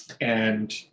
and-